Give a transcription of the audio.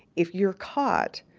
if you're caught,